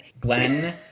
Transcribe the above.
Glenn